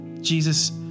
Jesus